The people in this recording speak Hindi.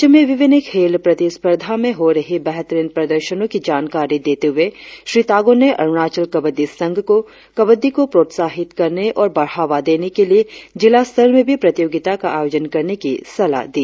राज्य में विभिन्न खेल प्रतिस्पर्धा में हो रही बेहतरिन प्रदर्शनों की जानकारी देते हुए श्री तागो ने अरुणाचल कबड़डी संघ को कबड़डी को प्रोत्साहित करने और बढ़ावा देने के लिए जिला स्तर में भी प्रतियोगिता का आयोजन करने की सलाह दी